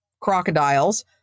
crocodiles